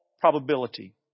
probability